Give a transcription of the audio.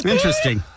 Interesting